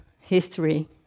history